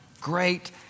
great